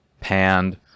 panned